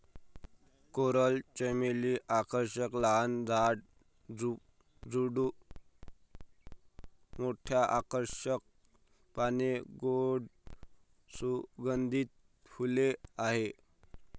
coral चमेली आकर्षक लहान झाड, झुडूप, मोठी आकर्षक पाने, गोड सुगंधित फुले आहेत